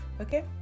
okay